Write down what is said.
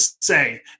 say